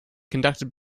conducted